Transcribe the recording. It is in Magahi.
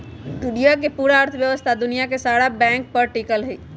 दुनिया के पूरा अर्थव्यवस्था दुनिया के सारा बैंके पर टिकल हई